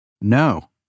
No